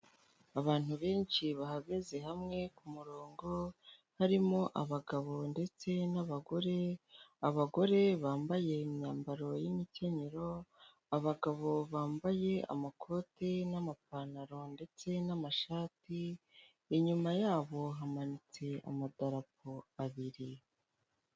Abantu benshi bahagaze hamwe ku kumurongo harimo abagabo ndetse n'abagore, abagore bambaye imyambaro y'imikenyero, abagabo bambaye amakoti n'amapantaro ndetse n'amashati, inyuma yabo hamanitse amadapo abiri.